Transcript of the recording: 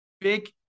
big